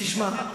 תשמע,